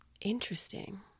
Interesting